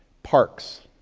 parks,